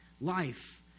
Life